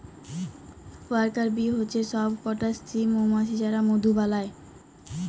worker bee হচ্যে সব কটা স্ত্রী মমাছি যারা মধু বালায়